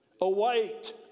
await